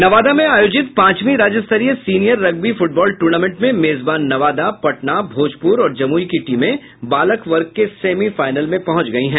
नवादा में आयोजित पांचवीं राज्य स्तरीय सीनियर रग्बी फुटबॉल टूर्नामेंट में मेजबान नवादा पटना भोजपुर और जमुई की टीम बालक वर्ग के सेमीफाइनल में पहुंच गयी है